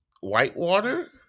Whitewater